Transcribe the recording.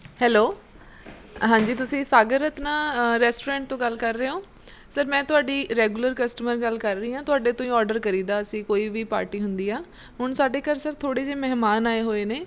hello ਹਾਂਜੀ ਤੁਸੀਂ Sagar Ratna restaurant ਤੋਂ ਗੱਲ ਕਰ ਰਹੇ ਹੋ ਸਰ ਮੈਂ ਤੁਹਾਡੀ ਰੈਗੂਲਰ ਕਸਟਮਰ ਗੱਲ ਕਰ ਰਹੀ ਹਾਂ ਤੁਹਾਡੇ ਤੋਂ ਹੀ ਆਰਡਰ ਕਰੀਦਾ ਅਸੀਂ ਕੋਈ ਵੀ ਪਾਰਟੀ ਹੁੰਦੀ ਆ ਹੁਣ ਸਾਡੇ ਘਰ ਸਰ ਥੋੜ੍ਹੇ ਜਿਹੇ ਮਹਿਮਾਨ ਆਏ ਹੋਏ ਨੇ